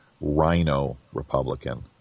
rhino-Republican